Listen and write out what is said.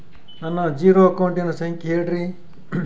ನನ್ನ ಜೇರೊ ಅಕೌಂಟಿನ ಸಂಖ್ಯೆ ಹೇಳ್ರಿ?